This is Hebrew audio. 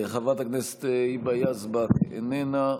חברת הכנסת היבה יזבק, איננה.